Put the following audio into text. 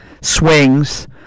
swings –